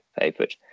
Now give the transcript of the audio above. favorite